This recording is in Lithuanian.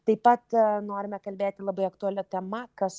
taip pat norime kalbėti labai aktualia tema kas